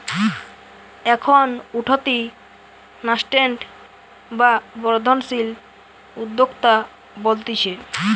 এখন উঠতি ন্যাসেন্ট বা বর্ধনশীল উদ্যোক্তা বলতিছে